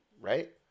right